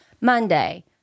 Monday